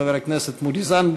חבר הכנסת לשעבר מודי זנדברג,